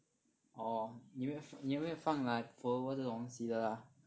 orh 你没有你有没有放 like followers 这种东西的 lah